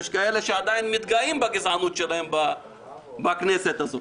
יש כאלה שעדיין מתגאים בגזענות שלהם בכנסת הזאת.